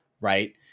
right